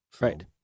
Right